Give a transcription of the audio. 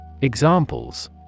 Examples